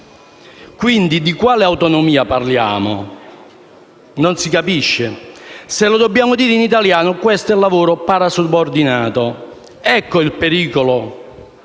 Quindi, di quale autonomia parliamo? Non si capisce. Se lo dobbiamo dire in italiano, questo è lavoro parasubordinato. Ecco il pericolo.